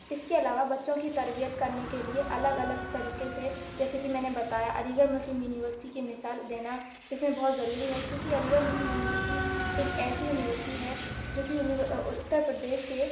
اس کے علاوہ بچوں کی تربیت کرنے کے لیے الگ الگ طریقے سے جیسے کہ میں نے بتایا علی گڑھ مسلم یونیورسٹی کی مثال دینا اس میں بہت ضروری ہے کیوں کہ علی گڑھ مسلم یونیورسٹی ایک ایسی یونیورسٹی ہے جو کہ اتر پردیش کے